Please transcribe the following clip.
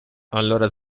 allora